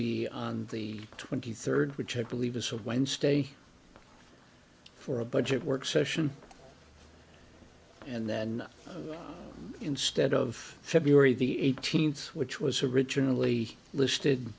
be on the twenty third which i believe is a wednesday for a budget work session and then instead of february the eighteenth which was originally listed